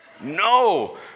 No